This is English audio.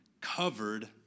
covered